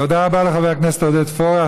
תודה רבה לחבר הכנסת עודד פורר.